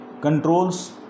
controls